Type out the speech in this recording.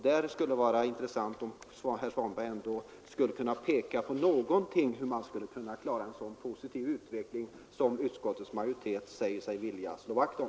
Det skulle vara intressant om herr Svanberg kunde ange någon metod att få en så positiv utveckling som utskottets majoritet säger sig vilja slå vakt om.